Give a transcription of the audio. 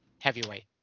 Heavyweight